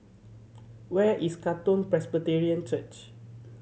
where is Katong Presbyterian Church